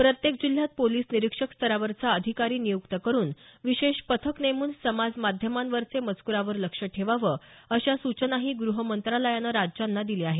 प्रत्येक जिल्ह्यात पोलिस निरीक्षक स्तरावरचा अधिकारी नियुक्त करुन विशेष पथक नेमून समाज माध्यमांवरचे मजकुरावर लक्ष ठेवावं अशा सूचनाही गृहमंत्रालयानं राज्यांना दिल्या आहेत